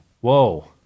Whoa